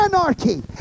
anarchy